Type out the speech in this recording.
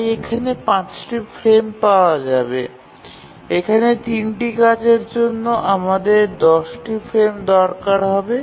তাই এখানে ৫টি ফ্রেম পাওয়া যাবে এবং এখানে ৩ টি কাজের জন্য আমাদের ১০ টি ফ্রেম দরকার হবে